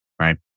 Right